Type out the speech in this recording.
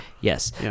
Yes